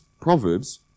Proverbs